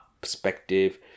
perspective